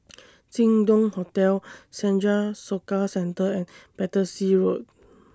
Jin Dong Hotel Senja Soka Centre and Battersea Road